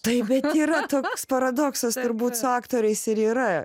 tai bet yra toks paradoksas turbūt su aktoriais ir yra